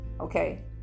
okay